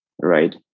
right